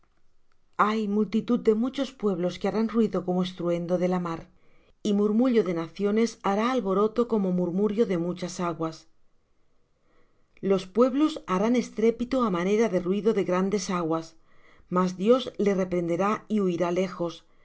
ay multitud de muchos pueblos que harán ruido como estruendo de la mar y murmullo de naciones hará alboroto como murmurio de muchas aguas los pueblos harán estrépito á manera de ruido de grandes aguas mas dios le reprenderá y huirá lejos